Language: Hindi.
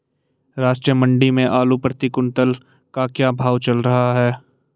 राष्ट्रीय मंडी में आलू प्रति कुन्तल का क्या भाव चल रहा है?